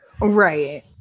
right